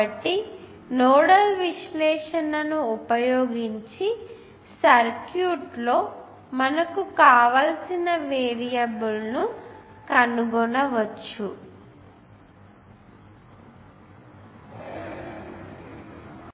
కాబట్టి నోడల్ విశ్లేషణను ఉపయోగించి సర్క్యూట్లో మనకు కావలసిన వేరియబుల్ ను కనుగొనవచ్చు